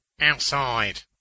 Outside